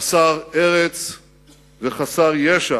חסר ארץ וחסר ישע